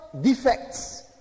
defects